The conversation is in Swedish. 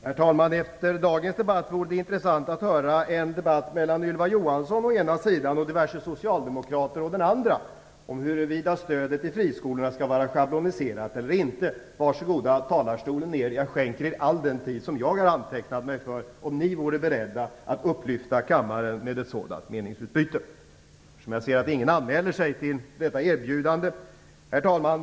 Herr talman! Efter dagens debatt vore det intressant att höra en debatt mellan Ylva Johansson å ena sidan och diverse socialdemokrater å den andra om huruvida stödet till friskolorna skall vara schabloniserat eller inte. Var så god, talarstolen är er! Jag skänker er all den tid som jag har antecknat mig för, om ni vore beredda att upplyfta kammaren med ett sådant meningsutbyte. Jag ser att ingen anmäler sig till detta erbjudande. Herr talman!